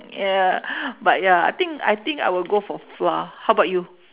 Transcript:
ya but ya but I think I think I will go for flour how about you